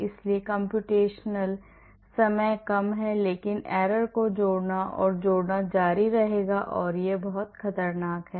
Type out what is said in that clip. इसलिए कम्प्यूटेशनल समय कम है लेकिन error को जोड़ना और जोड़ना जारी रहेगा और जोड़ना बहुत खतरनाक है